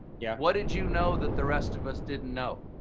yeah what did you know that the rest of us didn't know.